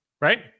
right